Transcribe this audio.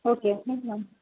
okay thank ma'am